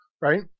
Right